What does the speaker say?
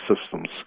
systems